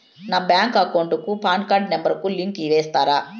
నా bank account కు PAN card number ను లింకు సేస్తారా?